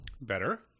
Better